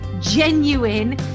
genuine